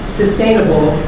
sustainable